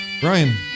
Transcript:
Brian